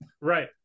Right